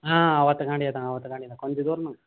ஆ அவத்துக்காண்டையே தான் அவத்துக்காண்டையே தான் கொஞ்ச தூரம் தான்